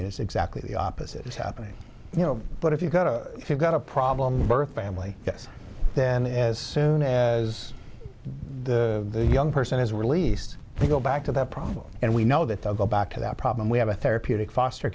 is exactly the opposite is happening you know but if you go to if you've got a problem the birth family then as soon as the young person is released they go back to that problem and we know that they'll go back to that problem we have a therapeutic foster